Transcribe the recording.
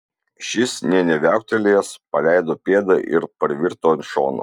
šis nė neviauktelėjęs paleido pėdą ir parvirto ant šono